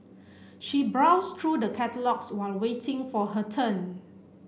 she browsed through the catalogues while waiting for her turn